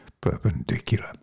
Perpendicular